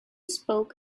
spoke